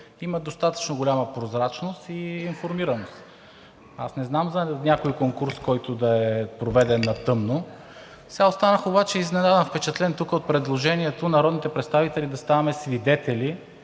има достатъчно голяма прозрачност и информираност. Не знам за някой конкурс, който да е проведен на тъмно. Сега обаче останах изненадан, впечатлен тук от предложението народните представители да ставаме свидетели